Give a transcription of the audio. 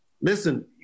listen